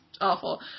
awful